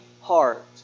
heart